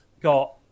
got